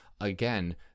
again